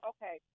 Okay